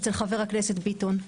אצל חבר הכנסת ביטון.